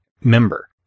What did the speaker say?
member